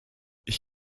ich